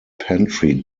pantry